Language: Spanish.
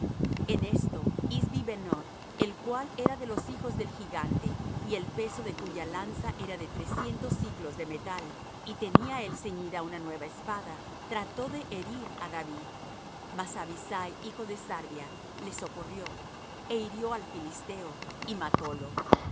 en esto isbi benob el cual era de los hijos del gigante y el peso de cuya lanza era de trescientos siclos de metal y tenía él ceñida una nueva espada trató de herir á david mas abisai hijo de sarvia le socorrió é hirió al filisteo y matólo entonces los